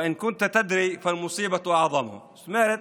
ואם היית יודע אז האסון גדול יותר.) זאת אומרת,